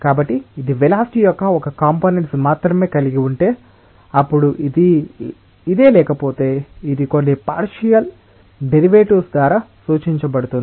కాబట్టి ఇది వెలాసిటి యొక్క ఒక కంపోనేంట్స్ ని మాత్రమే కలిగి ఉంటే అప్పుడు ఇదే లేకపోతే ఇది కొన్ని పార్షియల్ డెరివేటివ్స్ ద్వారా సూచించబడుతుంది